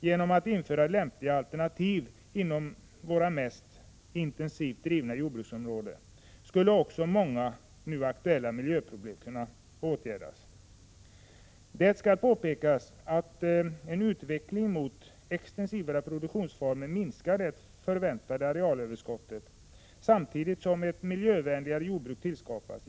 Genom att införa lämpliga alternativ inom våra mest intensivt drivna jordbruksområden skulle också många nu aktuella miljöproblem kunna åtgärdas. Det skall påpekas att en utveckling mot extensivare produktionsformer minskar det förväntade arealöverskottet samtidigt som ett miljövänligare jordbruk tillskapas.